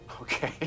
Okay